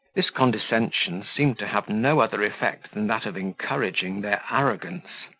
this condescension seemed to have no other effect than that of encouraging their arrogance.